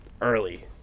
Early